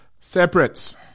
Separates